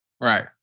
Right